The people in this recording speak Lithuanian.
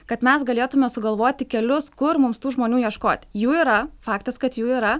kad mes galėtume sugalvoti kelius kur mums tų žmonių ieškoti jų yra faktas kad jų yra